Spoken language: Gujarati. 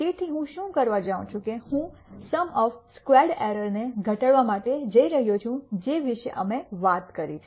તેથી હું શું કરવા જાઉં છું હું સમ ઓફ સ્ક્વેર્ડ એરર ને ઘટાડવા માટે જઈ રહ્યો છું જે વિશે અમે વાત કરી છે